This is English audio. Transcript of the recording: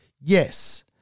Yes